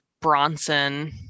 Bronson